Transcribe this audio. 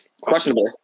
questionable